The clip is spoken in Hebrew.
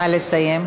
נא לסיים.